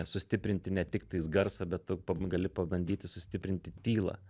sustiprinti ne tiktais garsą bet tu gali pabandyti sustiprinti tylą